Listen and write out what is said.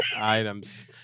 items